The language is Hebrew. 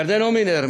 ירדן הומינר,